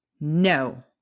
No